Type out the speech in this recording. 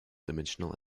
dimensional